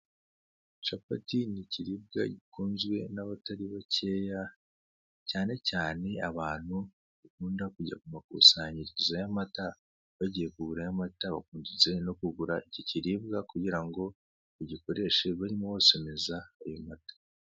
Capati ni ikiribwa gikunzwe n'abatari bakeya cyane cyane abantu bakunda kujya ku makusanyirizo y'amata bagiye kugura amata bakunze kugurayo icyo kiribwa bagira ngo bagisomeze amata.